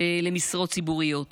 למשרות ציבוריות.